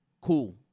Cool